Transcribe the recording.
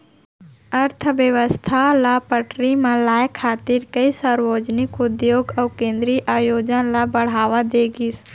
अर्थबेवस्था ल पटरी म लाए खातिर कइ सार्वजनिक उद्योग अउ केंद्रीय आयोजन ल बड़हावा दे गिस